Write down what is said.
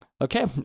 Okay